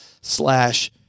slash